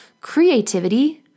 creativity